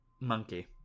Monkey